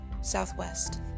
Southwest